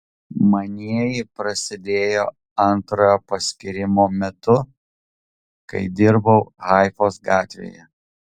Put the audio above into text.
manieji prasidėjo antrojo paskyrimo metu kai dirbau haifos gatvėje